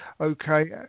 Okay